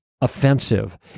offensive